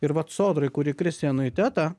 ir vat sodroj kur įkris į anuitetą